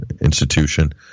institution